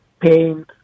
pain